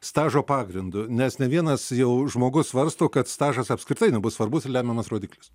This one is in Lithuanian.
stažo pagrindu nes ne vienas jau žmogus svarsto kad stažas apskritai nebus svarbus ir lemiamas rodiklis